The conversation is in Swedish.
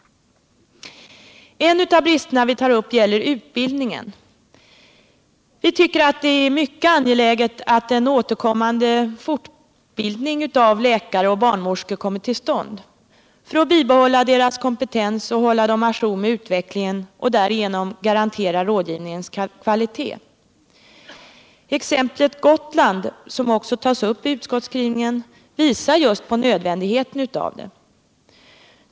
En av bristerna som vi tar upp gäller utbildningen. Vi tycker det är mycket angeläget att en återkommande fortbildning av läkare och barnmorskor kommer till stånd för att bibehålla deras kompetens och hålla dem å jour med utvecklingen och därigenom garantera rådgivningens kvalitet. Exemplet Gotland, som också tas upp i utskottsskrivningen, visar just på nödvändigheten av detta.